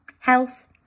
health